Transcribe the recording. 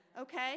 Okay